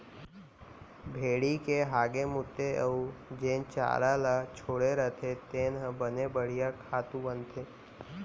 भेड़ी के हागे मूते अउ जेन चारा ल छोड़े रथें तेन ह बने बड़िहा खातू बनथे